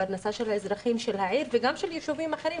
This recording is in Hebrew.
בפרנסה של אזרחי העיר וגם של יישובים אחרים.